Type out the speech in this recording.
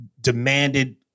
demanded